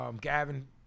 Gavin